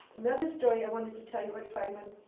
another story i wanted to tell you about feynman,